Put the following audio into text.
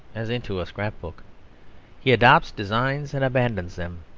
as into a scrap-book he adopts designs and abandons them,